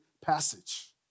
passage